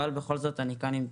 אבל, בכל זאת אני כאן עם תקווה,